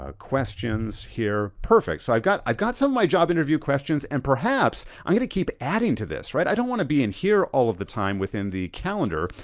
ah questions here, perfect. so i've got i've got some my job interview questions and perhaps i'm gonna keep adding to this. i don't wanna be in here all of the time within the calendar,